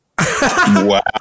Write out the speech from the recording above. Wow